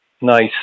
Nice